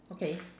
okay